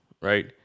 right